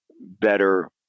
better